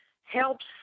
helps